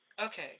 Okay